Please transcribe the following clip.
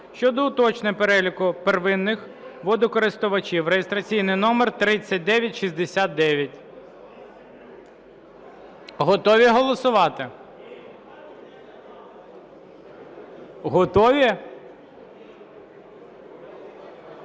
щодо уточнення переліку первинних водокористувачів (реєстраційний номер 3969) Готові голосувати? Готові?